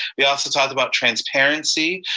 we also talked about transparency,